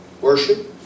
Worship